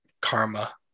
karma